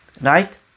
right